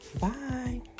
bye